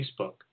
Facebook